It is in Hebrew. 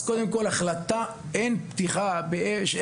לכן ההחלטה היא שאין פתיחה באש,